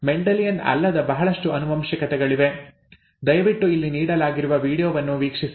Mendelian ಅಲ್ಲದ ಬಹಳಷ್ಟು ಆನುವಂಶಿಕತೆಗಳಿವೆ ದಯವಿಟ್ಟು ಇಲ್ಲಿ ನೀಡಲಾಗಿರುವ ವೀಡಿಯೊವನ್ನು ವೀಕ್ಷಿಸಿ